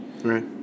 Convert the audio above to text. Right